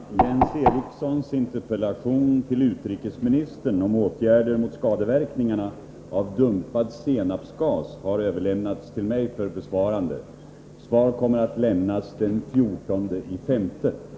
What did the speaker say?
Herr talman! Jens Erikssons interpellation till utrikesministern om åtgärder mot skadeverkningarna av dumpad senapsgas har överlämnats till mig för besvarande. På grund av utrikes resa kan jag inte besvara interpellationen inom den föreskrivna tiden. Svaret kommer att lämnas den 14 maj.